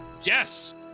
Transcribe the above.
Yes